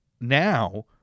now